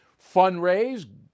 fundraise